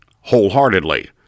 wholeheartedly